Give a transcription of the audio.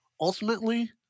Ultimately